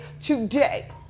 today